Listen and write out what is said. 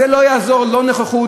כאן לא תעזור לא נוכחות